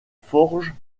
forges